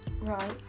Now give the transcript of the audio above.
right